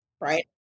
right